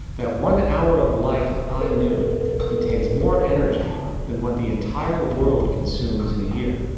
that one hour of light at high noon contains more energy than what the entire world consumes in a year.